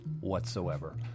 whatsoever